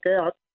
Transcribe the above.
out